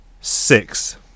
Six